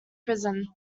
prison